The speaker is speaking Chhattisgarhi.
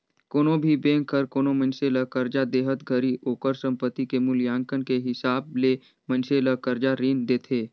कोनो भी बेंक हर कोनो मइनसे ल करजा देहत घरी ओकर संपति के मूल्यांकन के हिसाब ले मइनसे ल करजा रीन देथे